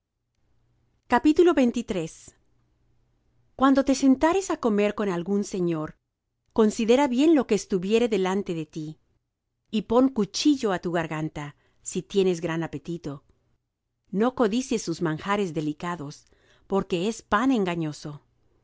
baja suerte cuando te sentares á comer con algún señor considera bien lo que estuviere delante de ti y pon cuchillo á tu garganta si tienes gran apetito no codicies sus manjares delicados porque es pan engañoso